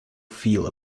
feel